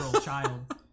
child